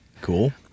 Cool